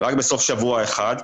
רק בסוף שבוע אחד,